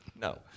No